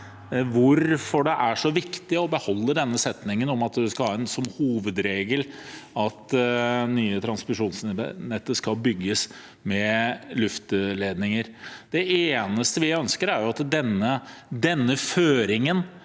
hvorfor det er så viktig å beholde denne setningen om at man skal ha som hovedregel at det nye transmisjonsnettet skal bygges med luftledninger. Det eneste vi ønsker, er at denne føringen